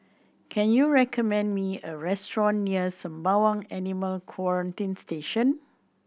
can you recommend me a restaurant near Sembawang Animal Quarantine Station